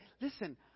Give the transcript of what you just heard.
listen